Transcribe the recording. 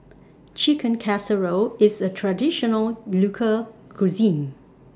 Chicken Casserole IS A Traditional Local Cuisine